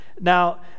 now